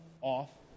off